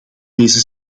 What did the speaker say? deze